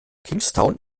kingstown